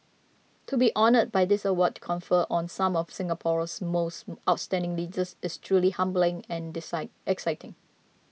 to be honoured by this award conferred on some of Singapore's most outstanding leaders is truly humbling and exciting